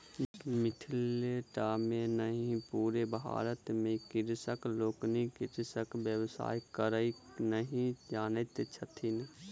मिथिले टा मे नहि पूरे भारत मे कृषक लोकनि कृषिक व्यवसाय करय नहि जानैत छथि